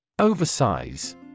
Oversize